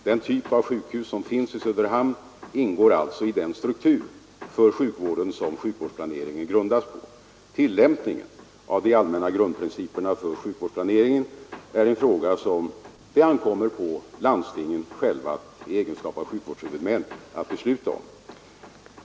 Den typ av sjukhus som finns i Söderhamn ingår alltså i den struktur för sjukvården som sjukvårdsplaneringen grundas på. Tillämpningen av de allmänna grundprinciperna för sjukvårdsplaneringen är en fråga som det ankommer på landstingen själva i egenskap av sjukvårdshuvudmän att besluta om.